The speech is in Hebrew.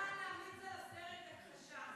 זה הזמן להמליץ על הסרט "הכחשה".